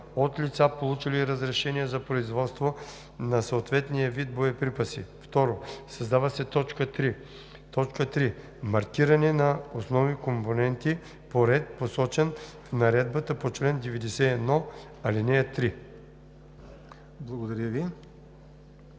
„от лица, получили разрешение за производство на съответния вид боеприпаси“. 2. Създава се т. 3: „3. маркиране на основни компоненти по ред, посочен в наредбата по чл. 91, ал. 3.“